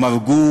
הם הרגו